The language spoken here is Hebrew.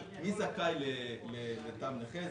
מי זכאי לתג נכה,